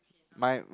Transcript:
my